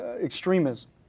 extremism